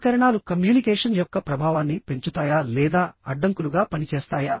ఉపకరణాలు కమ్యూనికేషన్ యొక్క ప్రభావాన్ని పెంచుతాయా లేదా అడ్డంకులుగా పనిచేస్తాయా